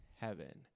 heaven